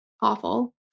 awful